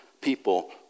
people